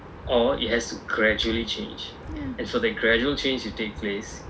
ya